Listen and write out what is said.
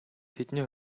тэдний